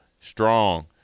strong